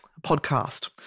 podcast